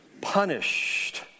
punished